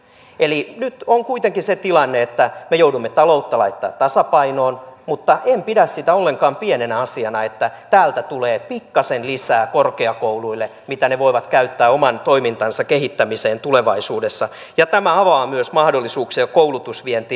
eli nyt on kuitenkin se tilanne että me joudumme taloutta laittamaan tasapainoon mutta en pidä sitä ollenkaan pienenä asiana että täältä tulee pikkasen lisää korkeakouluille mitä ne voivat käyttää oman toimintansa kehittämiseen tulevaisuudessa ja tämä avaa myös mahdollisuuksia koulutusvientiin